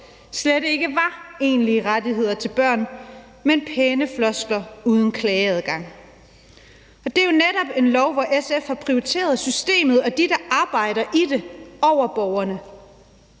lov, slet ikke var egentlige rettigheder til børn, men pæne floskler uden klageadgang. Det er jo netop en lov, hvor SF har prioriteret systemet og dem, der arbejder i det, over borgerne,